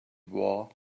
war